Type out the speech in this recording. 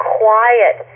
quiet